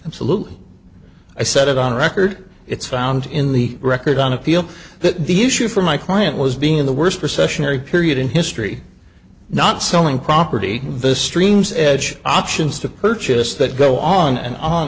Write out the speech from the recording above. absolutely i said it on record it's found in the record on appeal that the issue for my client was being in the worst recessionary period in history not selling property vis streams edge options to purchase that go on and on